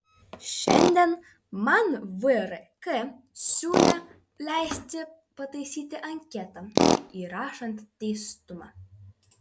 šiandien man vrk siūlė leisti pataisyti anketą įrašant teistumą